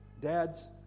Dads